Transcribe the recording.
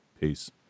Peace